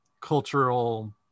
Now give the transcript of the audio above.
cultural